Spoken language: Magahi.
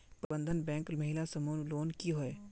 प्रबंधन बैंक महिला समूह लोन की होय?